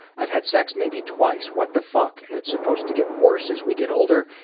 i've had sex maybe twice. what the fuck? and it's supposed to get worse as we get older?